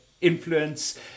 influence